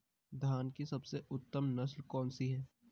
धान की सबसे उत्तम नस्ल कौन सी है?